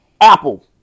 Apple